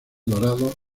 dorados